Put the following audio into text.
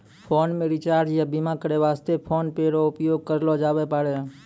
phone मे recharge या बीमा करै वास्ते फोन पे रो उपयोग करलो जाबै पारै